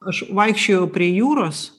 aš vaikščiojau prie jūros